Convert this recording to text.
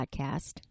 podcast